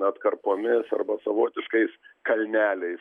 atkarpomis arba savotiškais kalneliais